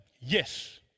Yes